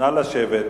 נא לשבת.